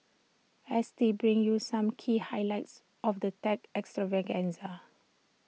S T brings you some key highlights of the tech extravaganza